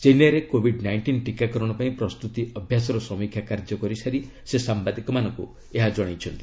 ଚେନ୍ନାଇରେ covid nineteen ଟୀକାକରଣ ପାଇଁ ପ୍ରସ୍ତୁତି ଅଭ୍ୟାସର ସମୀକ୍ଷା କାର୍ଯ୍ୟ କରିସାରି ସେ ସାମ୍ବାଦିକମାନଙ୍କୁ ଏହା ଜଣାଇଛନ୍ତି